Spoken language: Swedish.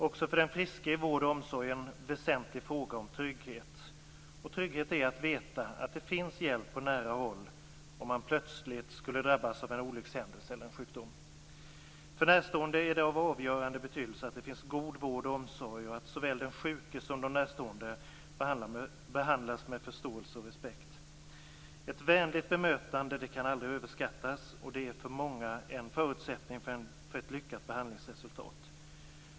Också för den friske är vård och omsorg en väsentlig fråga om trygghet. Trygghet är att veta att det finns hjälp på nära håll om man plötsligt skulle drabbas av en olyckshändelse eller en sjukdom. För närstående är det av avgörande betydelse att det finns god vård och omsorg och att såväl den sjuke som de närstående behandlas med förståelse och respekt. Ett vänligt bemötande kan aldrig överskattas och är för många en förutsättning för ett lyckat behandlingsresultat.